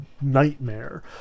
nightmare